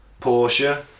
Porsche